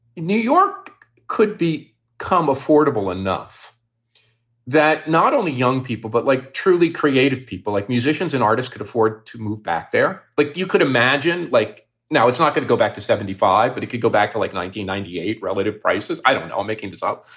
new york could be come affordable enough that not only young people, but like truly creative people, like musicians and artists could afford to move back there. but you could imagine, like now it's not going to go back to seventy five, but it could go back to like nineteen ninety eight. relative prices. i don't i'm making this up.